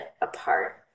apart